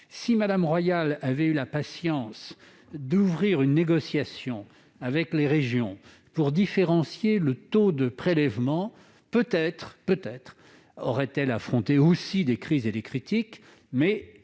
Si Mme Royal avait eu la patience d'ouvrir une négociation avec les régions pour différencier le taux de prélèvement, peut-être aurait-elle tout de même affronté crises et critiques, mais